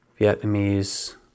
Vietnamese